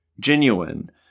genuine